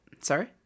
Sorry